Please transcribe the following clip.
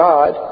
God